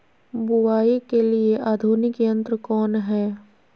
बुवाई के लिए आधुनिक यंत्र कौन हैय?